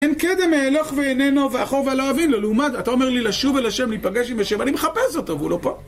הן קדם אהלך ואיננו ואחור ולא אבין לו, לעומת זאת, אתה אומר לי לשוב אל ה', להיפגש עם ה', אני מחפש אותו, והוא לא פה.